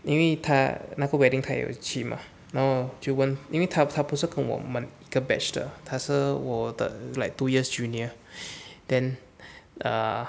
因为他那个 wedding 他也有去 mah 然后就问因为他他不是跟我们一个 batch 的他是我的 like two years junior then err